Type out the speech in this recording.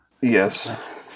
yes